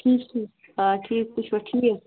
ٹھیٖک ٹھیٖک آ ٹھیٖک تُہۍ چھُوا ٹھیٖک